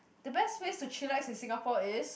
the best ways to chillax in Singapore is